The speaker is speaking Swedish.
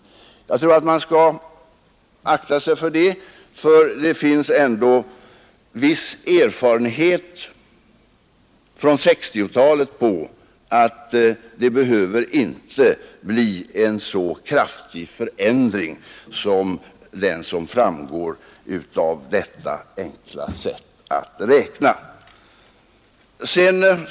Jag tror man skall akta sig för det därför att det finns viss erfarenhet från 1960-talet som tyder på att det inte behöver bli en så kraftig förändring som man får fram genom detta enkla sätt att räkna.